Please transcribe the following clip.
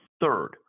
Third